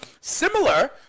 similar